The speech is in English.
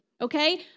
okay